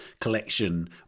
collection